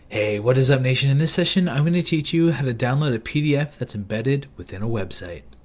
hey, what is up nation! in this session i'm going to teach you how to download a pdf that's embedded within a website.